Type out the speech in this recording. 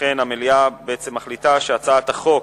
לכן, המליאה מחליטה שהצעת החוק